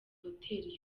hoteli